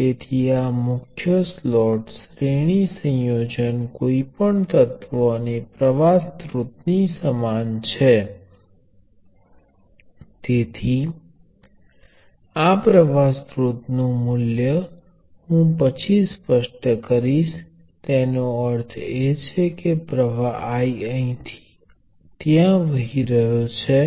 તેથી n 1 અને n 2 વચ્ચેના શોર્ટ સર્કિટ નો અર્થ શું છે તેનો અર્થ એ કે બે નોડ વચ્ચે